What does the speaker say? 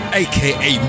aka